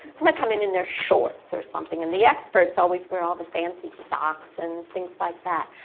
going to come in in their shorts or something. and the experts always wear all the fancy socks and things like that.